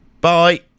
bye